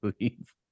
leave